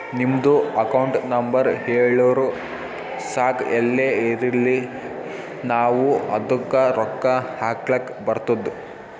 ನಿಮ್ದು account number ಹೇಳುರು ಸಾಕ್ ಎಲ್ಲೇ ಇರ್ಲಿ ನಾವೂ ಅದ್ದುಕ ರೊಕ್ಕಾ ಹಾಕ್ಲಕ್ ಬರ್ತುದ್